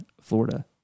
Florida